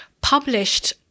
published